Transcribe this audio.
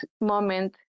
moment